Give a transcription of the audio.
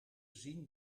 zien